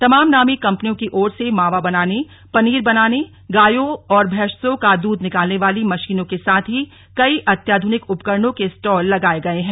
तमाम नामी कंपनियों की ओर से मावा बनाने पनीर बनाने गायों और भैंसों का दूध निकालने वाली मशीनों के साथ कई अत्याधुनिक उपकरणों के स्टाल लगाए गए हैं